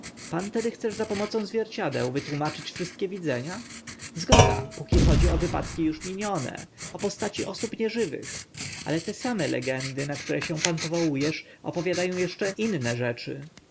pan tedy chcesz za pomocą zwierciadeł wytłumaczyć wszystkie widzenia zgoda póki chodzi o wypadki uż minione o postaci osób nieżywych ale te same legendy na które się pan powołu esz opowiada ą eszcze inne rzeczy